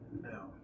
No